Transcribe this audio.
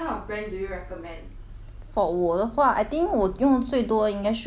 for 我的话 I think 我用最多因该 should be is Y_S_L bah